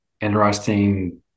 interesting